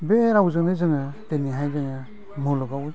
बे रावजोंनो जोङो दिनैहाय जोङो मुलुगाव